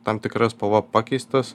tam tikra spalva pakeistas